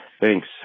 Thanks